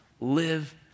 live